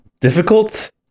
difficult